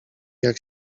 jak